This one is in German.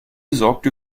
sorgte